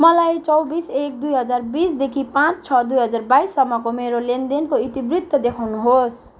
मलाई चौबिस एक दुई हजार बिसदेखि पाँच छ दुई हजार बाइससम्मको मेरो लेनदेनको इतिवृत्त देखाउनुहोस्